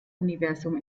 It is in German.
universum